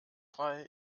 frei